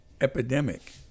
epidemic